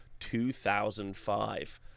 2005